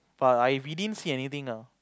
but I we didn't see anything now